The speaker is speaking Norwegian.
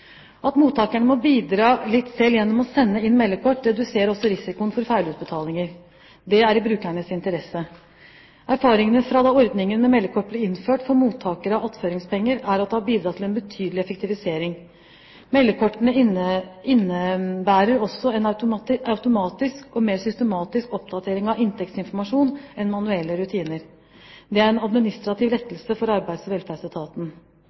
At mottakerne må bidra litt selv gjennom å sende inn meldekort, reduserer også risikoen for feilutbetalinger. Det er i brukernes interesse. Erfaringene fra da ordningen med meldekort ble innført for mottakere av attføringspenger, er at det har bidratt til en betydelig effektivisering. Meldekortene innebærer også en automatisk og mer systematisk oppdatering av inntektsinformasjon enn manuelle rutiner. Det er en administrativ lettelse for Arbeids- og velferdsetaten.